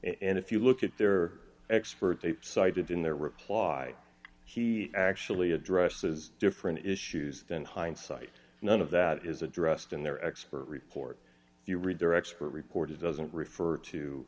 and if you look at their expert they cited in their reply he actually addresses different issues than hindsight none of that is addressed in their expert report if you read their expert report it doesn't refer to